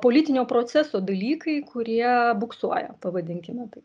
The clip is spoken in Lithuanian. politinio proceso dalykai kurie buksuoja pavadinkime tai